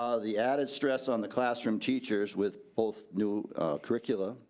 ah the added stress on the classroom teachers with both new curricula,